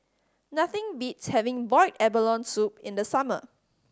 nothing beats having boiled abalone soup in the summer